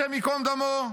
השם ייקום דמו,